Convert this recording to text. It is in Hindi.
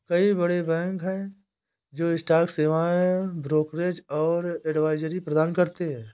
कई बड़े बैंक हैं जो स्टॉक सेवाएं, ब्रोकरेज और एडवाइजरी प्रदान करते हैं